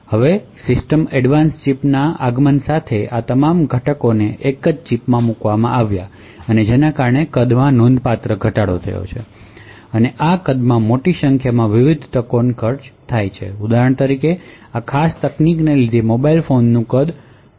હવે system advance ચિપના આગમન સાથે અને આ તમામ ઘટકોને એક જ ચિપમાં મૂકવામાં આવતા કદમાં નોંધપાત્ર ઘટાડો થયો છે અને આ કદથી મોટી સંખ્યામાં વિવિધ તકો મળી ઉદાહરણ તરીકે આ ખાસ તકનીકને લીધે મોબાઇલ ફોન્સનું કદ વગેરે ઔછું થયું છે